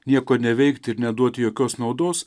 nieko neveikti ir neduoti jokios naudos